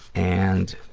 and